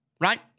right